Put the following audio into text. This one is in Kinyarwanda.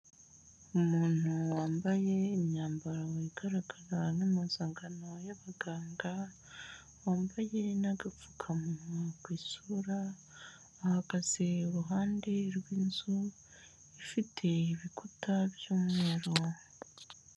Umuntu wambaye imyambaro igaragara nk'impuzangano y'abaganga, wambaye n'agapfukamunwa ku isura, ahagaze iruhande rw'inzu ifite ibikuta by'umweru.